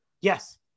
Yes